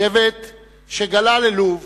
שבט שגלה ללוב